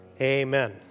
Amen